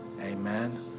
Amen